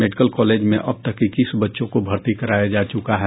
medical college में अब तक इक्कीस बच्चों को भरती कराया जा चुका है